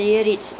mm